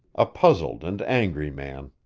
a puzzled and angry man.